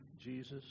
Jesus